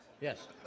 Yes